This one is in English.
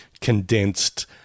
condensed